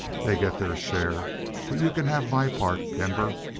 they get their share but you can have my part, denver.